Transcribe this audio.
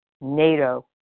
NATO